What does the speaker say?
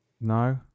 No